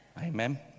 Amen